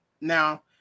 now